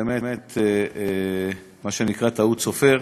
באמת מה שנקרא טעות סופר.